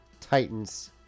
Titans